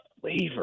flavor